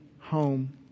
home